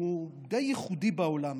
הוא די ייחודי בעולם,